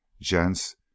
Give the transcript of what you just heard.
Gents